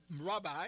Rabbi